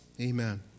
Amen